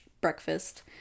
breakfast